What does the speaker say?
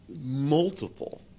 multiple